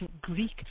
Greek